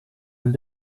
vill